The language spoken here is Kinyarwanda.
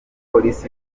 polisi